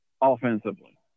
Offensively